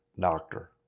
doctor